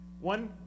One